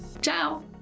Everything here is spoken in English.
Ciao